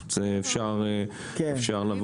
אפשר לבוא.